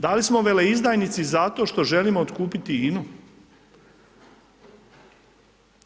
Da li smo veleizdajnici, zato što želimo otkupiti INA-u?